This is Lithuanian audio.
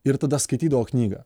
ir tada skaitydavo knygą